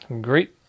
Great